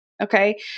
okay